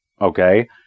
okay